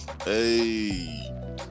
hey